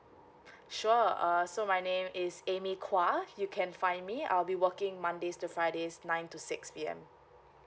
sure uh so my name is amy kua you can find me I'll be working monday to friday nine to six P_M